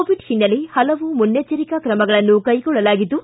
Covid ಹಿನ್ನೆಲೆ ಪಲವು ಮುನ್ನೆಚ್ಚರಿಕಾ ಕ್ರಮಗಳನ್ನು ಕೈಗೊಳ್ಳಲಾಗಿದ್ದು